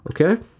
okay